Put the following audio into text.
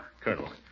Colonel